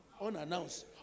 Unannounced